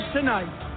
tonight